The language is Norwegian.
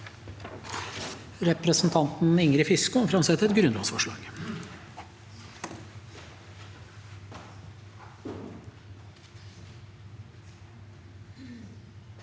Representanten Ingrid Fiskaa vil framsette et grunnlovsforslag.